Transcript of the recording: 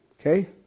Okay